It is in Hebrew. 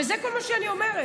זה כל מה שאני אומרת.